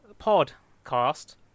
podcast